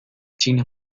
china